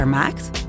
maakt